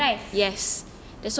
penat right